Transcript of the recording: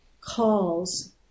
calls